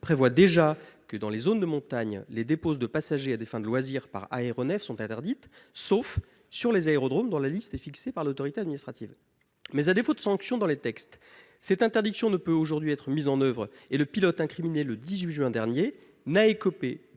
prévoit déjà que, dans les zones de montagne, les déposes de passagers à des fins de loisirs par aéronefs sont interdites, sauf sur les aérodromes dont la liste est fixée par l'autorité administrative. Toutefois, à défaut de sanctions dans les textes, cette interdiction ne peut aujourd'hui être mise en oeuvre. Le pilote incriminé le 18 juin dernier n'a écopé